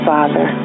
Father